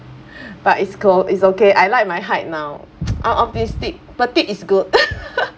but it's cool it's okay I like my height now I'm optimistic petite is good